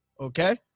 Okay